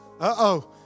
Uh-oh